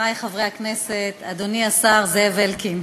חברי חברי הכנסת, אדוני השר זאב אלקין,